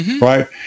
Right